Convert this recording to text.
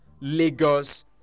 Lagos